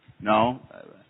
No